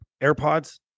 AirPods